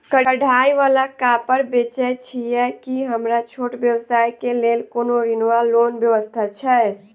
कढ़ाई वला कापड़ बेचै छीयै की हमरा छोट व्यवसाय केँ लेल कोनो ऋण वा लोन व्यवस्था छै?